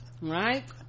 Right